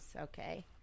Okay